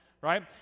right